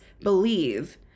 believe